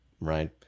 right